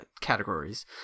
categories